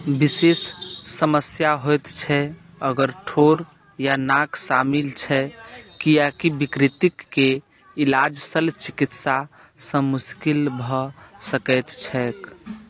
विशेष समस्या होयत छै अगर ठोर या नाक शामिल छै किआकि विकृतिकके इलाज शल्य चिकित्सासँ मुश्किल भए सकैत छैक